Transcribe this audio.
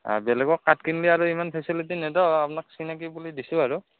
বেলেগক কাঠ কিনি আৰু ইমান ফেচিলিটি নেদো আপোনাক চিনাকি বুলি দিছোঁ আৰু